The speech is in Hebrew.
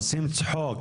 עושים צחוק